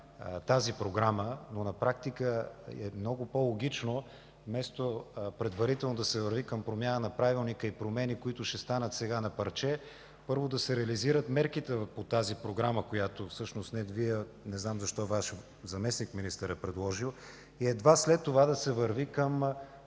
тази програма, но на практика е много по-логично вместо предварително да се върви към промяна на Правилника и промени, които сега ще станат на парче, първо да се реализират мерките по Програмата, която всъщност не Вие – не знам защо Вашият заместник-министър я е предложил, и едва след това да се върви към